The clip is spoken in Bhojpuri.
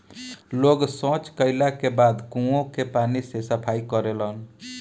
लोग सॉच कैला के बाद कुओं के पानी से सफाई करेलन